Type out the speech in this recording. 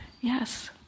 Yes